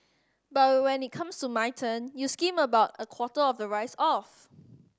but when it comes to my turn you skim about a quarter of the rice off